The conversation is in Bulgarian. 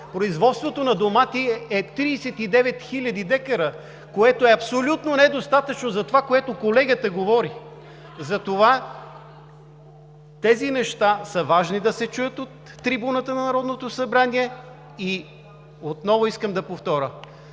производството на домати е 39 хил. декара, което е абсолютно недостатъчно за това, което колегата говори. Затова тези неща са важни да се чуят от трибуната на Народното събрание. И отново искам да повторя: